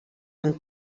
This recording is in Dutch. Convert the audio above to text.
een